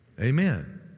Amen